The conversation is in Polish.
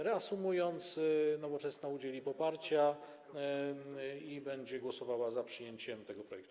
Reasumując, Nowoczesna udzieli poparcia i będzie głosowała za przyjęciem tego projektu.